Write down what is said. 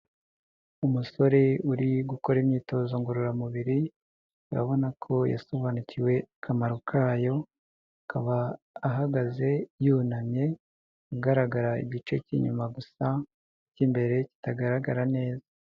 umusore uri gukora imyitozo ngororamubiri urabona ko yasobanukiwe akamaro kayo akaba ahagaze yunamye igaragara igice cy'inyuma gusa cy'imbere kitagaragara neza Umusore uri gukora imyitozo ngororamubiri, urabina ko asobanukiwe n'akamaro kayo akaba ahagaze yunamye, agaragara igice cy'inyuma gusa icy'imbere kitagaragara neza.